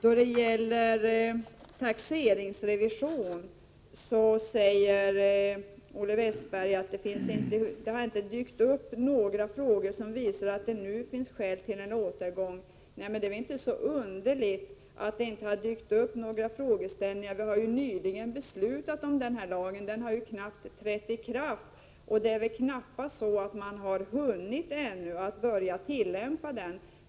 Beträffande taxeringsrevision säger Olle Westberg att det inte har dykt upp några frågor som visar att det nu finns skäl till en återgång. Men det är inte så underligt att det ännu inte har dykt upp några frågor, eftersom vi nyligen har fattat beslut om denna lag. Den har knappt trätt i kraft, och man har förmodligen ännu inte hunnit börja tillämpa den.